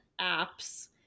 apps